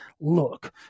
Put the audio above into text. look